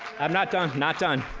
i'm not done. i'm not done.